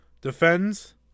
defends